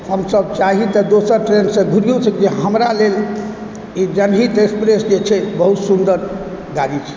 हमसभ चाही तऽ दोसर ट्रेनसँ घुरियो सकय छी हमरा लेल ई जनहित एक्सप्रेस जे छै बहुत सुन्दर गाड़ी छै